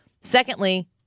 Secondly